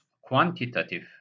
quantitative